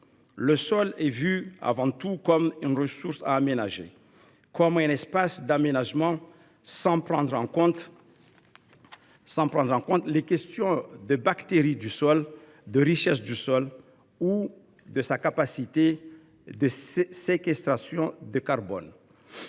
le sol est vu avant tout comme une ressource à aménager, comme un espace d’aménagement, sans prendre en compte les bactéries qu’il abrite, sa richesse ou sa capacité de séquestration du carbone.